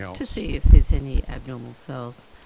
to see if there's any abnormal cells.